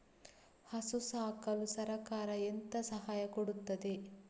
ಹಸು ಸಾಕಲು ಸರಕಾರ ಎಂತ ಸಹಾಯ ಕೊಡುತ್ತದೆ?